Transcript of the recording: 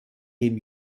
dem